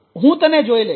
હું તને જોઈ લઇશ